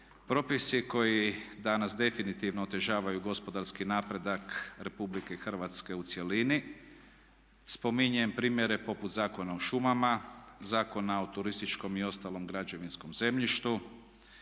propisi koji danas definitivno otežavaju gospodarski napredak Republike Hrvatske u cjelini. Spominjem primjere poput Zakona o šumama, Zakona o turističkom i ostalom građevinskom zemljištu,